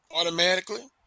automatically